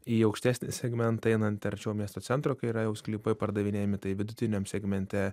į aukštesnį segmentą einant arčiau miesto centro kai yra jau sklypai pardavinėjami tai vidutiniam segmente